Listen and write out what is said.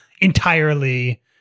entirely